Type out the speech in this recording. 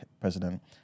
president